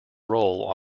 role